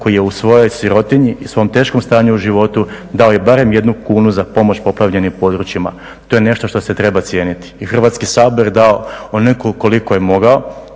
tko je u svojoj sirotinji i svom teškom stanju u životu dao i barem jednu kunu za pomoć poplavljenim područjima. To je nešto što se treba cijeniti. I Hrvatski sabor je dao onoliko koliko je mogao